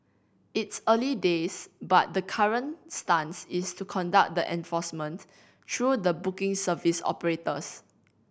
it's early days but the current stance is to conduct the enforcement through the booking service operators